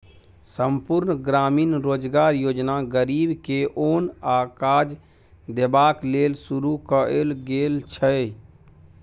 संपुर्ण ग्रामीण रोजगार योजना गरीब के ओन आ काज देबाक लेल शुरू कएल गेल छै